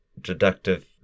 deductive